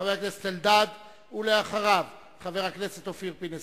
חבר הכנסת אלדד, ואחריו, חבר הכנסת אופיר פינס-פז.